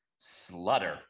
slutter